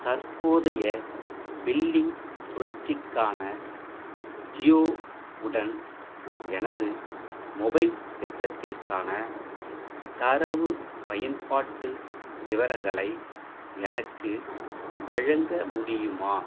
தற்போதைய பில்லிங் சுழற்சிக்கான ஜியோ உடன் எனது மொபைல் திட்டத்திற்கான தரவு பயன்பாட்டு விவரங்களை எனக்கு வழங்க முடியுமா